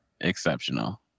exceptional